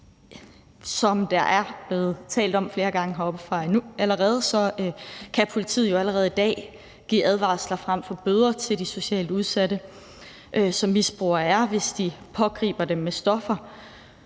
Som der er blevet talt om flere gange heroppefra allerede, kan politiet jo allerede i dag give advarsler frem for bøder til socialt udsatte, som misbrugere er, hvis de pågriber dem med stoffer.